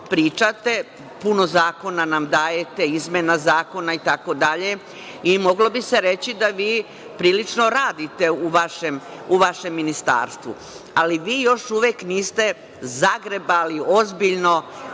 pričate, puno zakona nam dajete, izmena zakona, itd, i moglo bi se reći da vi prilično radite u vašem ministarstvu, ali vi još uvek niste zagrebali ozbiljno